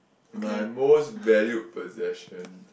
my most valued possession